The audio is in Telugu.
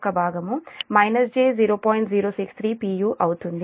u అవుతుంది